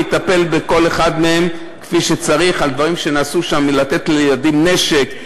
והוא יטפל כפי שצריך בכל אחד מהם על הדברים שנעשו שם: לתת לילדים נשק,